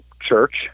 church